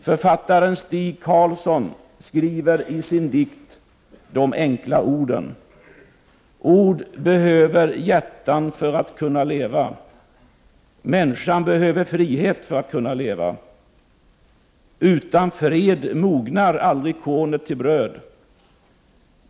Författaren Stig Carlson skriver i sin dikt ”De enkla orden”: ”Ord behöver hjärtan för att kunna leva! Människan behöver frihet för att kunna leva! Utan fred mognar aldrig kornet till bröd.